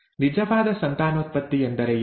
ನಿಜವಾದ ಸಂತಾನೋತ್ಪತ್ತಿ ಎಂದರೆ ಏನು